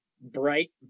bright